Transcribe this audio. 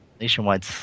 nationwide